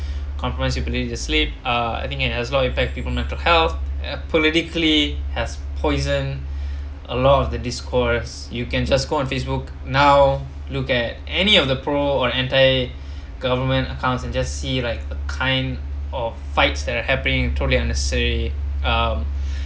compromise your ability to sleep uh I think it has a lot of impact on people mental health and politically has poison a lot of the discourse you can just go on facebook now look at any of the pro or anti government accounts and just see like a kind of fights that are happening totally unnecessary um